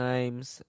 Times